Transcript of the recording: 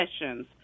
sessions